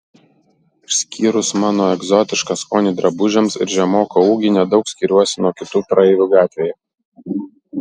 išskyrus mano egzotišką skonį drabužiams ir žemoką ūgį nedaug skiriuosi nuo kitų praeivių gatvėje